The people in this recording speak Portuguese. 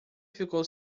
ficou